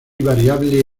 variable